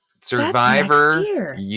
Survivor